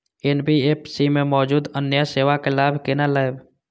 NBFC में मौजूद अन्य सेवा के लाभ केना लैब?